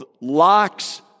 locks